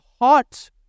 hot